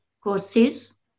courses